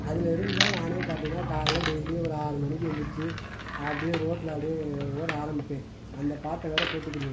அதில் இருந்துதான் நானே பார்த்தீங்கன்னா காலைல டெய்லியும் ஒரு ஆறு மணிக்கு எழுந்துருச்சி அப்டி ரோட்டில் அப்டி ஓட ஆரம்பிப்பேன் அந்த பாட்டை வேற போட்டுக்கிடுவேன்